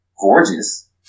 gorgeous